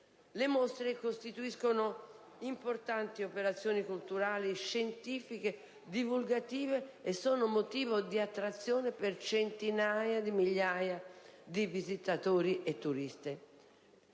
Le mostre costituiscono importanti operazioni culturali, scientifiche, divulgative e sono motivo di attrazione per centinaia di migliaia di visitatori e turisti.